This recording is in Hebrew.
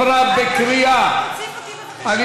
אדוני, תוסיף אותי, בבקשה.